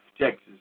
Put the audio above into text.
Texas